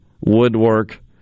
woodwork